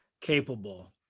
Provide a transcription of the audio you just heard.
capable